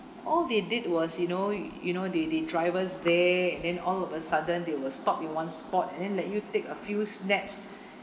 all they did was you know you know they they drive us there and then all of a sudden they will stop in one spot and then like you take a few snaps